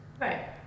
right